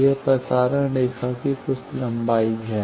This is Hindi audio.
यह प्रसारण रेखा की कुछ लंबाई है